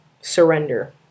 surrender